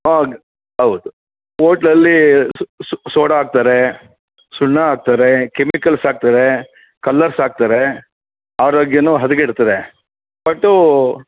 ಹೌದ್ ಹೌದು ಓಟ್ಲಲ್ಲಿ ಸೋಡಾ ಹಾಕ್ತರೆ ಸುಣ್ಣ ಹಾಕ್ತರೆ ಕೆಮಿಕಲ್ಸ್ ಹಾಕ್ತರೆ ಕಲ್ಲರ್ಸ್ ಹಾಕ್ತರೆ ಆರೋಗ್ಯವೂ ಹದಗೆಡ್ತದೆ ಒಟ್ಟು